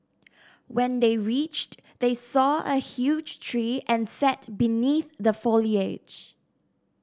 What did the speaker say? when they reached they saw a huge tree and sat beneath the foliage